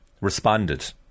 responded